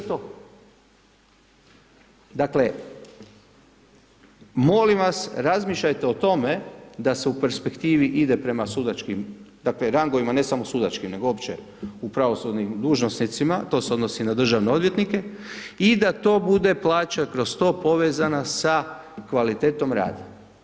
Dakle, molim vas, razmišljajte o tome da se u perspektivi ide prema sudačkim dakle rangovima ne samo sudačkim nego uopće u pravosudnim dužnosnicima, to se odnosi i na državne odvjetnike i da to bude plaća kroz to povezana sa kvalitetom rada.